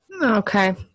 Okay